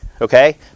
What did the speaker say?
Okay